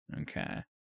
okay